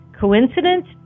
coincidence